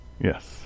Yes